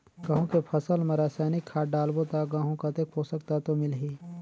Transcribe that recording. गंहू के फसल मा रसायनिक खाद डालबो ता गंहू कतेक पोषक तत्व मिलही?